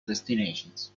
destinations